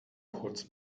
kurz